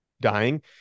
dying